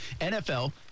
NFL